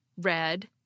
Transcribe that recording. red